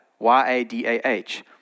Y-A-D-A-H